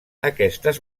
aquestes